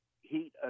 heat